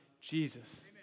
Jesus